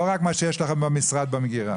לא רק מה שיש לך במשרד במגירה.